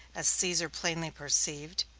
as caesar plainly perceived,